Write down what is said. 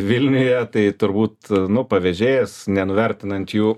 vilniuje tai turbūt nu pavežėjas nenuvertinant jų